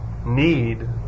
need